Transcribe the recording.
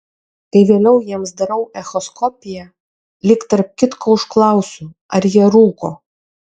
kai vėliau jiems darau echoskopiją lyg tarp kitko užklausiu ar jie rūko